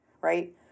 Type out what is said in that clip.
right